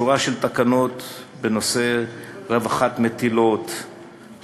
שורה של תקנות בנושא רווחת מטילות,